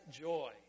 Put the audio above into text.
joy